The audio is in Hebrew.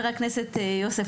הכנסת יוסף,